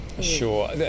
Sure